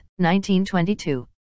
1922